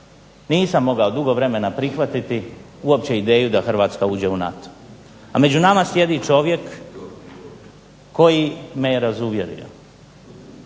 nisam mogao dugo vremena prihvatiti uopće ideju da Hrvatska uđe u NATO. A među nama sjedi čovjek koji me je razuvjerio.